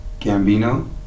Gambino